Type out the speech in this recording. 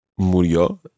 Murió